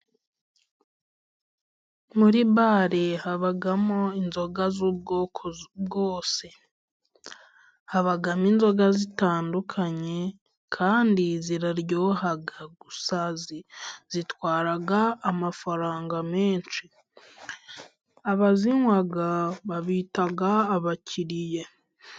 Muri bare habamo inzoga z'ubwoko bwose, habamo inzoga zitandukanye kandi ziraryoha gusa zitwara amafaranga menshi abazinywa babita abakiriya.